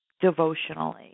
devotionally